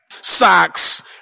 Socks